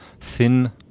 thin